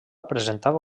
presentava